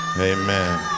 Amen